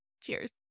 Cheers